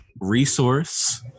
resource